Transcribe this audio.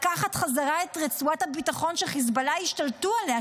לקחת חזרה את רצועת הביטחון שחיזבאללה השתלטו עליה,